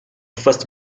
first